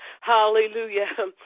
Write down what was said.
Hallelujah